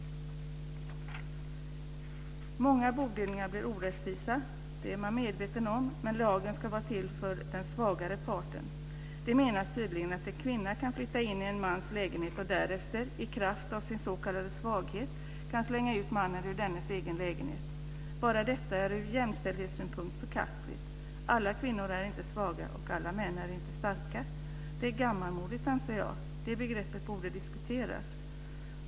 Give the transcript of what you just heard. Många bodelningar blir orättvisa. Det är man medveten om. Men lagen ska vara till för den svagare parten. Det anses tydligen att en kvinna kan flytta in i en mans lägenhet och därefter, i kraft av sin s.k. svaghet, slänga ut mannen ur dennes egen lägenhet. Bara detta är ur jämställdhetssynpunkt förkastligt. Alla kvinnor är inte svaga, och alla män är inte starka. Det är gammalmodigt, anser jag. Det begreppet borde diskuteras.